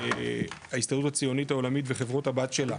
ההסתדרות הציונית העולמית וחברות הבת שלה,